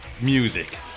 music